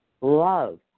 love